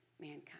mankind